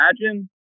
imagine